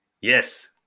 Yes